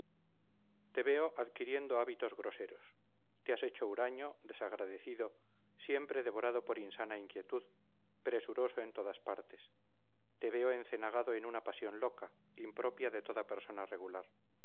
te veo adquiriendo hábitos groseros te has hecho huraño desagradecido siempre devorado por insana inquietud presuroso en todas partes te veo encenagado en una pasión loca impropia de toda persona regular